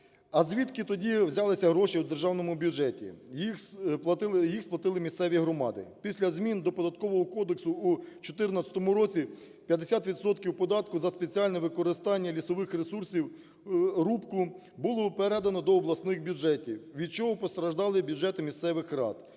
а звідки тоді взялися гроші у державному бюджеті? Їх сплатили місцеві громади. Після змін до Податкового кодексу у 2014 році 50 відсотків податку за спеціальне використання лісових ресурсів, рубку, було передано до обласних бюджетів, від чого постраждали бюджети місцевих рад,